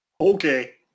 Okay